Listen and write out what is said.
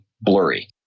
blurry